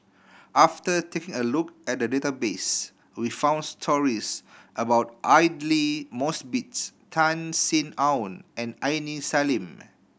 after taking a look at the database we found stories about Aidli Mosbit Tan Sin Aun and Aini Salim